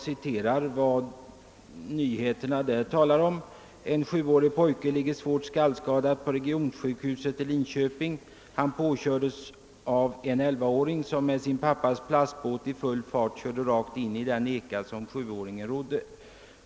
Göteborgs-Tidningen skrev då: »En sjuårig pojke ligger svårt skallskadad på regionsjukhuset i Linköping. Han påkördes av en 11-åring, som med sin pappas plastbåt i full fart körde rakt in i den eka som 7-åringen rodde.